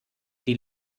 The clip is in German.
die